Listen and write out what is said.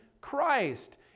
Christ